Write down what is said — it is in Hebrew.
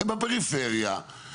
הם בפריפריה.